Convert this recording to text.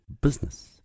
business